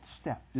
step